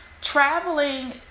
traveling